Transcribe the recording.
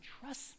trust